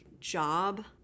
job